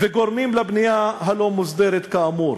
וגורמים לבנייה הלא-מוסדרת כאמור.